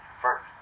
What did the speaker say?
first